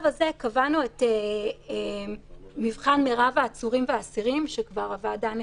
לפני שהבנו את גודל הדבר שנופל עלינו וכשהבנו שמשהו הולך להגיע,